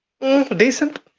decent